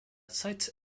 site